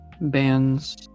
bands